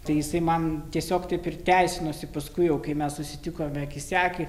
tai jisai man tiesiog taip ir teisinosi paskui jau kai mes susitikome akis į akį